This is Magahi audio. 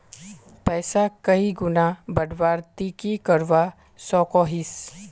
पैसा कहीं गुणा बढ़वार ती की करवा सकोहिस?